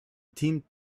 tim